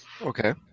Okay